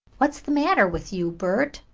what's the matter with you, bert?